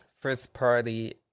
first-party